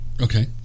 Okay